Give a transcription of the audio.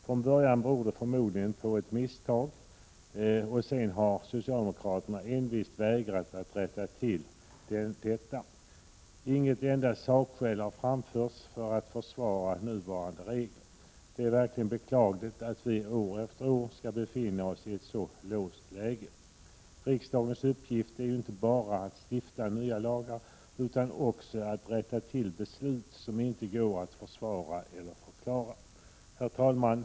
Från början beror det förmodligen på ett misstag, och sedan har socialdemokraterna envist vägrat att rätta till detta. Inget enda sakskäl har framförts för att försvara nuvarande regler. Det är verkligen beklagligt att vi år efter år skall befinna oss i ett så låst läge. Riksdagens uppgift är inte bara att stifta nya lagar utan också att rätta till beslut som inte går att försvara eller förklara. Herr talman!